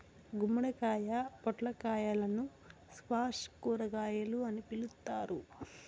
గుమ్మడికాయ, పొట్లకాయలను స్క్వాష్ కూరగాయలు అని పిలుత్తారు